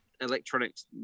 electronics